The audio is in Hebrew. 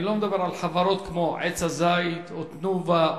אני לא מדבר על חברות כמו "עץ הזית" או "תנובה"